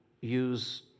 use